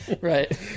Right